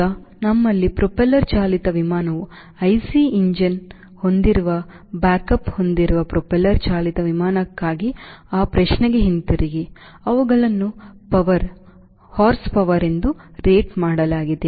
ಈಗ ನಮ್ಮಲ್ಲಿ ಪ್ರೊಪೆಲ್ಲರ್ ಚಾಲಿತ ವಿಮಾನವು ಐಸಿ ಎಂಜಿನ್ ಹೊಂದಿರುವ ಬ್ಯಾಕ್ ಅಪ್ ಹೊಂದಿರುವಂತಹ ಪ್ರೊಪೆಲ್ಲರ್ ಚಾಲಿತ ವಿಮಾನಕ್ಕಾಗಿ ಆ ಪ್ರಶ್ನೆಗೆ ಹಿಂತಿರುಗಿ ಅವುಗಳನ್ನು ಪವರ್ Horsepower ಎಂದು ರೇಟ್ ಮಾಡಲಾಗಿದೆ